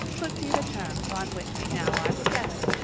could see the terms on which we now are together,